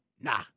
Nah